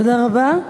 תודה רבה.